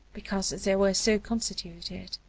because they were so constituted.